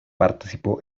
participó